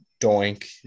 doink